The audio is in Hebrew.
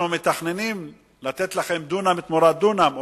אנחנו מתכננים לתת לכם דונם תמורת דונם,